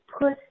put